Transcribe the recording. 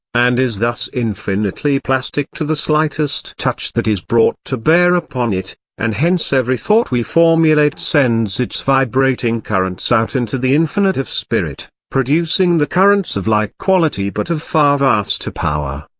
and is thus infinitely plastic to the slightest touch that is brought to bear upon it and hence every thought we formulate sends its vibrating currents out into the infinite of spirit, producing there currents of like quality but of far vaster power.